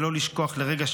ולא לשכוח לרגע,